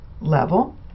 level